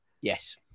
yes